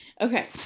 Okay